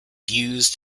used